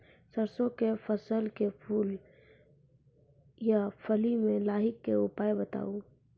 सरसों के फसल के फूल आ फली मे लाहीक के उपाय बताऊ?